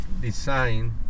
design